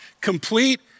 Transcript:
Complete